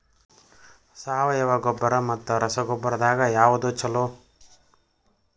ಸಾವಯವ ಗೊಬ್ಬರ ಮತ್ತ ರಸಗೊಬ್ಬರದಾಗ ಯಾವದು ಛಲೋ?